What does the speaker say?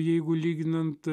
jeigu lyginant